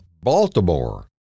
Baltimore